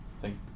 thank